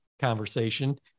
conversation